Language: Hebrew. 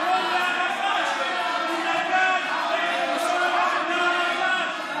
הבן אדם הזה הצביע בעד ההתנתקות,